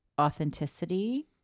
authenticity